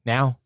Now